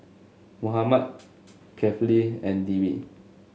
Muhammad Kefli and Dwi